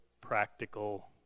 practical